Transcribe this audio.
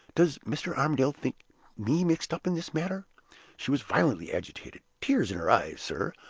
does mr. armadale think me mixed up in this matter she was violently agitated tears in her eyes, sir,